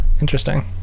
Interesting